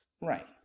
Right